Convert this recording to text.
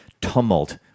tumult